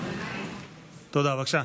דווקא